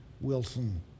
Wilson